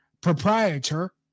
Proprietor